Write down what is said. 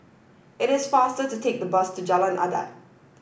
it is faster to take the bus to Jalan Adat